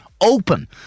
open